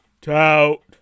Tout